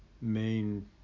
main